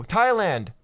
Thailand